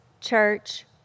Church